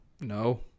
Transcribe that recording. No